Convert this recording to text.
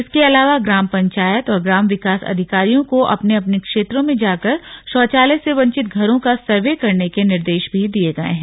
इसके अलावा ग्राम पंचायत और ग्राम विकास अधिकारियों को अपने अपने क्षेत्रों में जाकर शौचालय से वंचित घरों का सर्वे करने के निर्देश दिये गए हैं